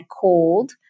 cold